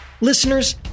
Listeners